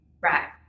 right